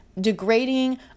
degrading